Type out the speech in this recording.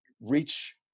reach